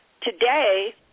Today